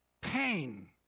pain